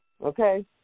Okay